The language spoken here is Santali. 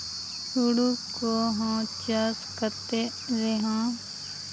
ᱦᱳᱲᱳ ᱠᱚᱦᱚᱸ ᱪᱟᱥ ᱠᱟᱛᱮ ᱨᱮᱦᱚᱸ